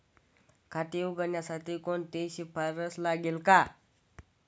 खाते उघडण्यासाठी कोणाची शिफारस लागेल का?